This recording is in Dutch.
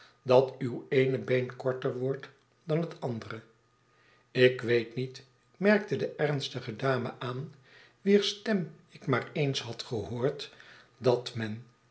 dat uw eene been korterwordt dan het andere ik weet niet merkte de ernstige dame aan wier stem ik maar eens had gehoord dat men